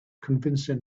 convincing